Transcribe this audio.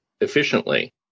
efficiently